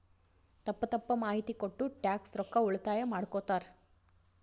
ತಪ್ಪ ತಪ್ಪ ಮಾಹಿತಿ ಕೊಟ್ಟು ಟ್ಯಾಕ್ಸ್ ರೊಕ್ಕಾ ಉಳಿತಾಯ ಮಾಡ್ಕೊತ್ತಾರ್